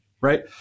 right